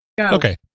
Okay